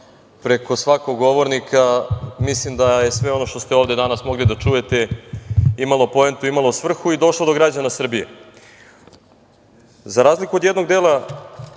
preko svakog govornika, mislim da je sve ono što ste ovde danas mogli da čujete imalo poentu i imalo svrhu i došlo do građana Srbije.Za razliku od jednog broja